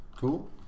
Cool